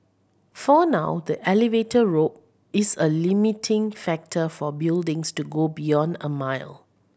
for now the elevator rope is a limiting factor for buildings to go beyond a mile